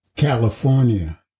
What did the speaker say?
California